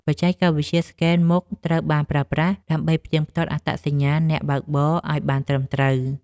បច្ចេកវិទ្យាស្កេនមុខត្រូវបានប្រើប្រាស់ ដើម្បីផ្ទៀងផ្ទាត់អត្តសញ្ញាណអ្នកបើកបរឱ្យបានត្រឹមត្រូវ។